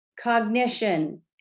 cognition